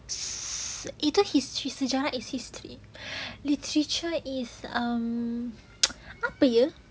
either history sejarah is history literature is um apa